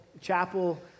chapel